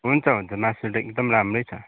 हुन्छ हुन्छ मासु त एकदम राम्रै छ